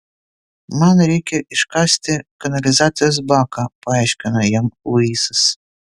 man reikia iškasti kanalizacijos baką paaiškino jam luisas